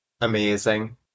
amazing